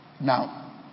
Now